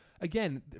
again